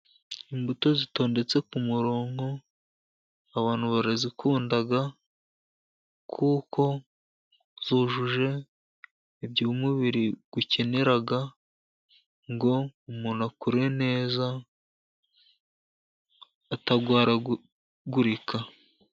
Imbuto zitondetse ku muronko abantu barazikunda, kuko zujuje iby'umubiri ukenera ngo umuntu akure neza atarwaragurika.